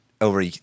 over